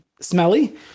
smelly